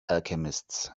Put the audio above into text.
alchemists